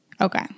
Okay